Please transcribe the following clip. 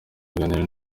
aganira